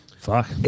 Fuck